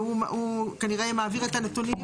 והוא כנראה מעביר את הנתונים,